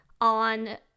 on